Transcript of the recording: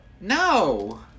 No